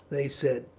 they said.